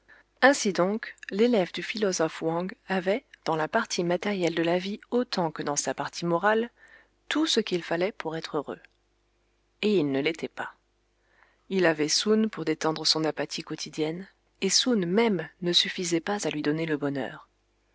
ainsi donc l'élève du philosophe wang avait dans la partie matérielle de la vie autant que dans sa partie morale tout ce qu'il fallait pour être heureux et il ne l'était pas il avait soun pour détendre son apathie quotidienne et soun même ne suffisait pas à lui donner le bonheur